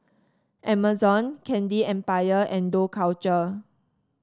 Amazon Candy Empire and Dough Culture